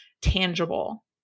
tangible